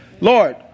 Lord